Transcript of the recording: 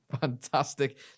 fantastic